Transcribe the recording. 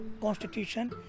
constitution